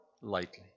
lightly